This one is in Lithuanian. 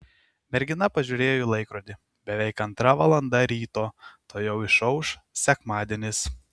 mergina pažiūrėjo į laikrodį beveik antra valanda ryto tuojau išauš sekmadienis